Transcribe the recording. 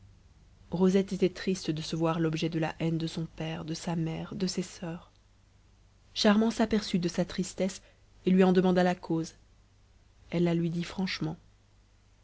rosette était triste de se voir l'objet de la haine de son père de sa mère de ses soeurs charmant s'aperçut de sa tristesse et lui en demanda la cause elle la lui dit franchement